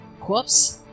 Whoops